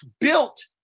built